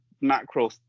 macro